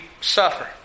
suffer